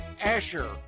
asher